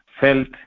felt